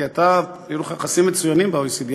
כי אתה, היו לך יחסים מצוינים ב-OECD.